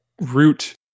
root